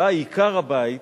באה עיקר הבית,